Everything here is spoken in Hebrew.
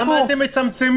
למה אתם מצמצמים?